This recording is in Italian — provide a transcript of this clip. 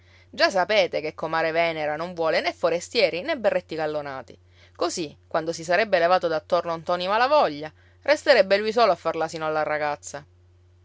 già sapete che comare venera non vuole né forestieri né berretti gallonati così quando si sarebbe levato d'attorno ntoni malavoglia resterebbe lui solo a far l'asino alla ragazza